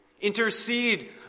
Intercede